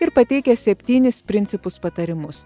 ir pateikia septynis principus patarimus